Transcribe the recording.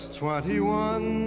twenty-one